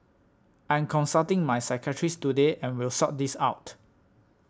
I'm consulting my psychiatrist today and will sort this out